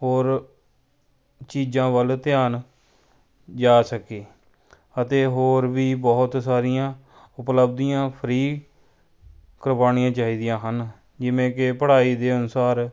ਹੋਰ ਚੀਜ਼ਾਂ ਵੱਲ ਧਿਆਨ ਜਾ ਸਕੇ ਅਤੇ ਹੋਰ ਵੀ ਬਹੁਤ ਸਾਰੀਆਂ ਉਪਲਬਧੀਆਂ ਫਰੀ ਕਰਵਾਉਣੀਆਂ ਚਾਹੀਦੀਆਂ ਹਨ ਜਿਵੇਂ ਕਿ ਪੜ੍ਹਾਈ ਦੇ ਅਨੁਸਾਰ